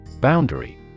Boundary